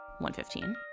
115